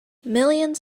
millions